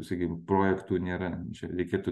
sakykim projektų nėra čia reikėtų